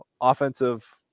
offensive